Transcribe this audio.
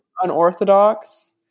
Unorthodox